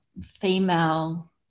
female